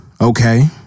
okay